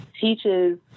teaches